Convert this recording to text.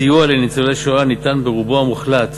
הסיוע לניצולי שואה ניתן ברובו המוחלט